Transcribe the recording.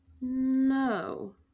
No